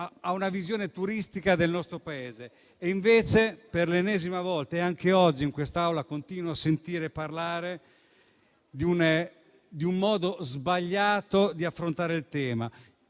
della visione turistica del nostro Paese. Invece, per l'ennesima volta e anche oggi in quest'Aula, continuo a sentir parlare di un modo sbagliato di affrontare il tema.